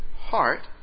heart